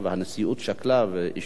הנשיאות שקלה ואישרה,